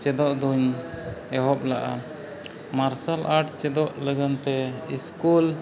ᱪᱮᱫᱚᱜ ᱫᱚᱧ ᱮᱦᱚᱵ ᱞᱮᱫᱼᱟ ᱢᱟᱨᱥᱟᱞ ᱟᱴ ᱪᱮᱫᱚ ᱞᱟᱹᱜᱤᱫᱛᱮ ᱥᱠᱩᱞ